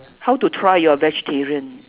how to try you're a vegetarian